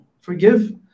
forgive